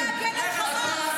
אתה מעדיף להגן על חמאס.